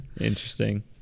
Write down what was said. Interesting